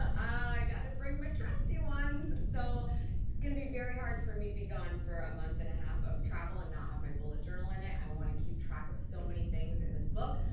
i gotta bring my trusty ones. so it's gonna be very hard for me to be gone for a month and a half of travel and not have my bullet journal in it. i want to keep track of so many things in this book.